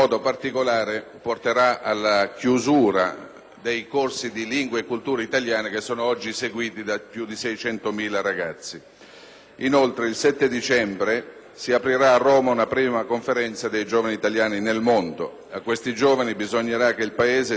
dei corsi di lingua e cultura italiana, oggi seguiti da più di 600.000 ragazzi. Inoltre, il 7 dicembre prossimo si aprirà a Roma una prima Conferenza dei giovani italiani nel mondo. A questi giovani bisognerà che il Paese dia risposte se vuole costruire con loro